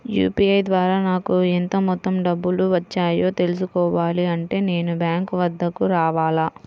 UPI ద్వారా నాకు ఎంత మొత్తం డబ్బులు వచ్చాయో తెలుసుకోవాలి అంటే నేను బ్యాంక్ వద్దకు రావాలా?